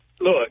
Look